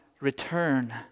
return